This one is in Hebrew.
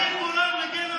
יאיר גולן מגן עליך.